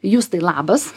justai labas